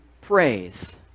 praise